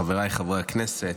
חבריי חברי הכנסת,